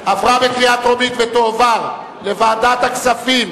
עברה בקריאה טרומית ותועבר לוועדת הכספים,